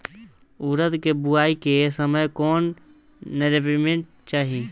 उरद के बुआई के समय कौन नौरिश्मेंट चाही?